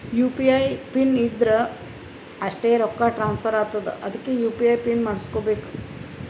you P I pin ಇದ್ದುರ್ ಅಷ್ಟೇ ರೊಕ್ಕಾ ಟ್ರಾನ್ಸ್ಫರ್ ಆತ್ತುದ್ ಅದ್ಕೇ ಯು.ಪಿ.ಐ ಪಿನ್ ಮಾಡುಸ್ಕೊಬೇಕ್